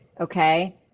okay